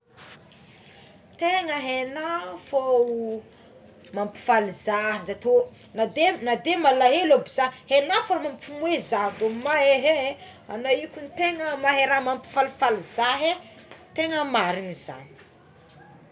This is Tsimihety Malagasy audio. Tegna hegnao fogna mapifaly za za tô na de na de malahelo ary za egnao fogna mampimoe zah tô mahe anao io ko tegna mahay raha mapifalifaly za hé tegna marigna zagny.